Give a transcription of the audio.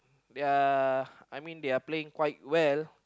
they are I mean they are playing quite well